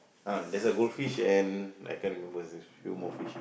ah there's a goldfish and I can't remember there's a few more fish